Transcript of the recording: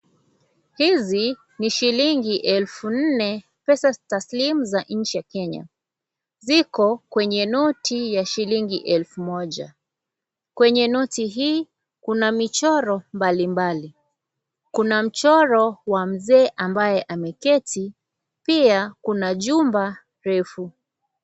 Hizi ni shilingi elfu nne, pesa taslimu za inchi ya Kenya. Ziko kwenye noti ya shilingi elfu moja. Kwenye noti hii, kuna michoro mbalimbali. Kuna mchoro wa mzee, ambaye ameketi. Pia kuna chumba refu.